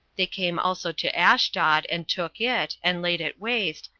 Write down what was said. they came also to ashdod, and took it, and laid it waste,